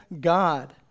God